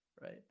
right